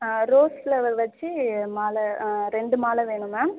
rose flower வச்சு மாலை ரெண்டு மாலை வேணும் மேம்